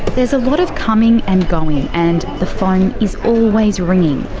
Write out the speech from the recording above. there's a lot of coming and going, and the phone is always ringing.